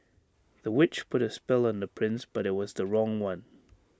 the witch put A spell on the prince but IT was the wrong one